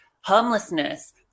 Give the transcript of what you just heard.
homelessness